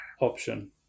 option